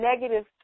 negative